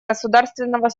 государственного